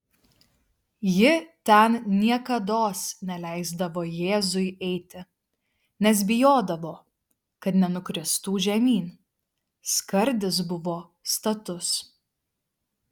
ji ten niekados neleisdavo jėzui eiti nes bijodavo kad nenukristų žemyn skardis buvo status